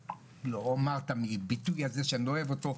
ואני אומר את הביטוי הזה אפילו שאני לא אוהב אותו,